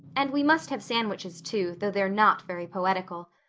and we must have sandwiches too, though they're not very poetical.